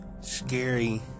Scary